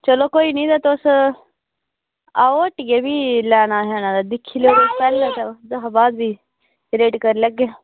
चलो कोई निं तुस आओ हट्टियै ते लैना किश ते ओह्दे कशा बाद भी रेट करी लैगे